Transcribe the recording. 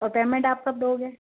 और पेमेंट आप कब दोगे